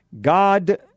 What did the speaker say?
God